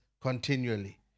continually